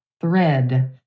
Thread